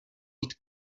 být